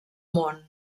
món